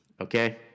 okay